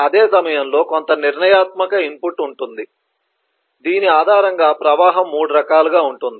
అదే సమయంలో కొంత నిర్ణయాత్మక ఇన్పుట్ ఉంది దీని ఆధారంగా ప్రవాహం 3 రకాలుగా ఉంటుంది